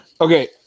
Okay